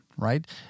Right